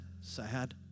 sad